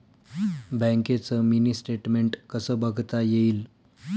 बँकेचं mini statement कसं बघता येईल?